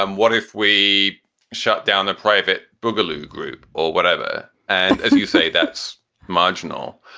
um what if we shut down the private boogaloo group or whatever? and you say that's marginal,